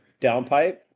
downpipe